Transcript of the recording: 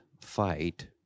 fight